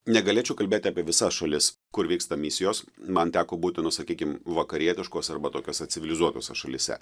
negalėčiau kalbėti apie visas šalis kur vyksta misijos man teko būti nu sakykim vakarietiškose arba tokiose civilizuotose šalyse